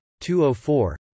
204